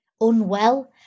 unwell